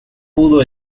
pudo